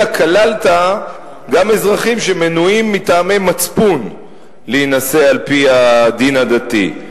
אלא כללת גם אזרחים שמנועים מטעמי מצפון להינשא על-פי הדין הדתי.